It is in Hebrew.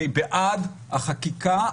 אני בעד החקיקה,